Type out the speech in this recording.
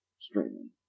streaming